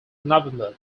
november